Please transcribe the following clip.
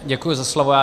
Děkuji za slovo.